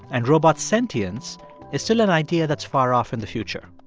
and robot sentience is still an idea that's far off in the future.